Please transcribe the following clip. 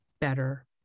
better